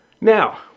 Now